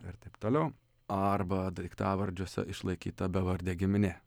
ir taip toliau arba daiktavardžiuose išlaikyta bevardė giminė